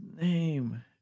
name